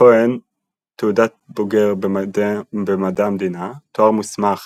לכהן תואר בוגר במדע המדינה, תואר מוסמך